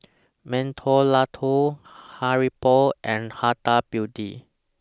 Mentholatum Haribo and Huda Beauty